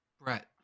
Brett